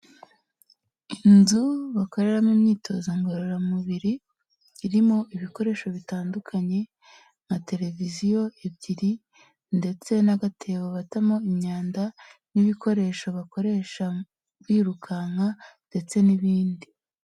Inzu bakoreramo imyitozo ngororamubiri irimo ibikoresho bitandukanye nka tereviziyo ebyiri, ndetse n'agatebo batamo imyanda, n'ibikoresho bakoresha birukanka, ndetse n'ibindi.